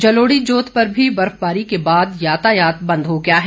जलोड़ी जोत पर भी बर्फबारी के बाद यातायात बंद हो गया है